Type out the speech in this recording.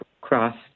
cross